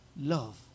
Love